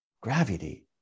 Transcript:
Gravity